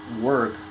work